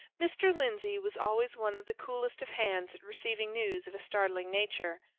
mr. lindsey was always one of the coolest of hands at receiving news of a startling nature,